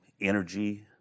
energy